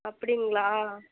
அப்படிங்களா